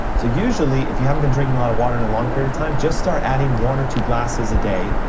so usually if you haven't been drinking a lot of water in a long period of time, just start adding one or two glasses a day,